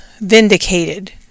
Vindicated